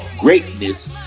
greatness